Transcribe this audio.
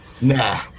nah